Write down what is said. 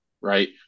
right